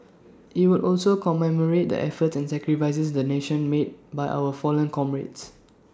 IT will also commemorate the efforts and sacrifices the nation made by our fallen comrades